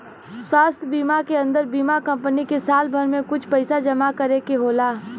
स्वास्थ बीमा के अन्दर बीमा कम्पनी के साल भर में कुछ पइसा जमा करे के होला